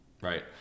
right